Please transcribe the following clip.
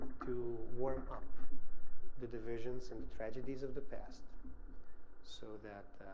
to warm up the divisions and the tragedies of the past so that